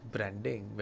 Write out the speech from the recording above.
Branding